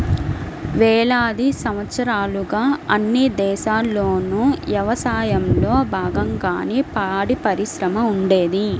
వేలాది సంవత్సరాలుగా అన్ని దేశాల్లోనూ యవసాయంలో బాగంగానే పాడిపరిశ్రమ ఉండేది